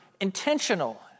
intentional